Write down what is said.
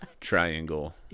triangle